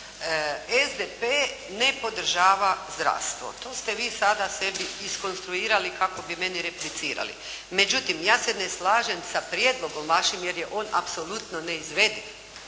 SDP ne podržava zdravstvo. To ste vi sada sebi iskonstruirali kako bi meni replicirali. Međutim, ja se ne slažem sa prijedlogom vašim jer je on apsolutno neizvediv.